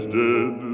dead